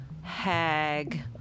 hag